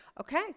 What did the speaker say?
Okay